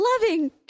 loving